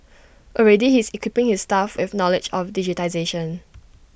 already he is equipping his staff with knowledge of digitisation